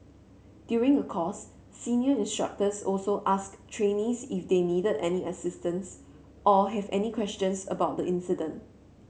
during a course senior instructors also asked trainees if they needed any assistance or have any questions about the incident